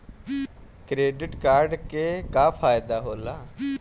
Credit card के का फायदा होला?